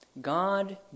God